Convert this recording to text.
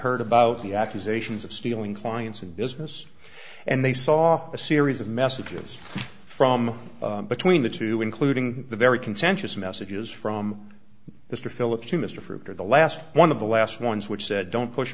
heard about the accusations of stealing clients and business and they saw a series of messages from between the two including the very contentious messages from mr phillips to mr fruit or the last one of the last ones which said don't push